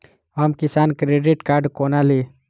हम किसान credit card कोना ली?